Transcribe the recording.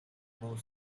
more